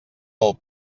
del